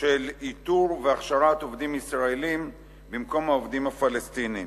של איתור והכשרת עובדים ישראלים במקום העובדים הפלסטינים.